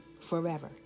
forever